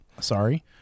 Sorry